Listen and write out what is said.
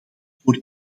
voor